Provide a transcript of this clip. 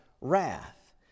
wrath